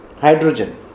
hydrogen